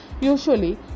Usually